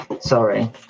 Sorry